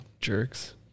jerks